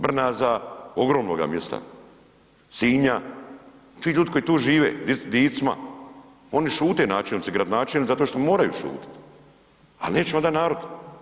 Brnaza, ogromnoga mjesta, Sinja, ti ljudi koji tu žive, Dicma, oni šute načelnici i gradonačelnici zašto što moraju šutit ali neće vam dat narod.